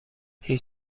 هیچ